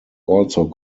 also